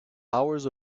hours